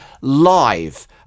live